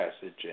passage